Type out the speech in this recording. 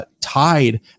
tied